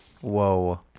Whoa